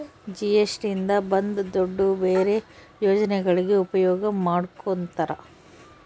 GST ಇಂದ ಬಂದ್ ದುಡ್ಡು ಬೇರೆ ಯೋಜನೆಗಳಿಗೆ ಉಪಯೋಗ ಮಾಡ್ಕೋತರ